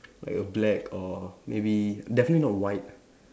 like a black or maybe definitely not white